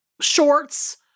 shorts